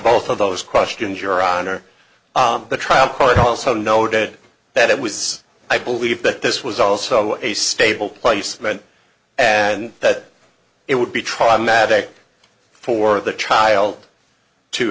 both of those questions your honor the trial court also noted that it was i believe that this was also a stable placement and that it would be traumatic for the child to